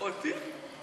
אותי?